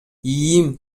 иим